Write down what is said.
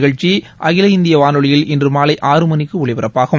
நிகழ்ச்சி அகில இந்திய வானொலியில் இன்று மாலை ஆறு மணிக்கு ஒலிபரப்பாகும்